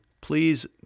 Please